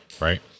right